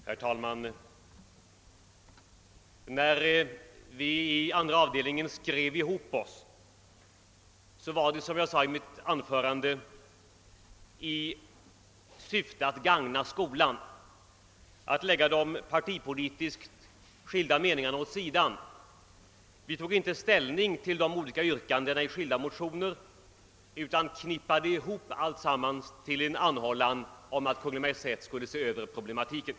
Herr talman! När vi skrev ihop oss i andra avdelningen i statsutskottet och lade de partipolitiskt skilda meningarna åt sidan var det, som jag sade i mitt anförande nyss, i syfte att gagna skolan. Vi tog inte ställning till de olika yrkandena i skilda motioner utan knippade ihop alltsammans till en anhållan till Kungl. Maj:t att se över problematiken.